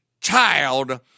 child